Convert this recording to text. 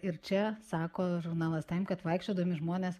ir čia sako žurnalas taim kad vaikščiodami žmonės